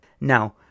Now